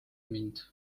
mind